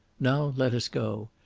now let us go.